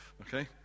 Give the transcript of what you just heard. okay